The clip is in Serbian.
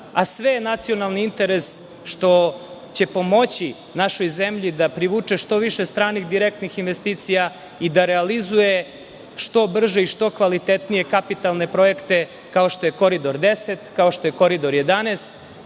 a sve je nacionalni interes što će pomoći našoj zemlji da privuče što više stranih direktnih investicija i da realizuje što brže i što kvalitetnije kapitalne projekte, kao što je Koridor 10, kao što je Koridor 11,